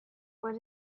what